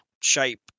shape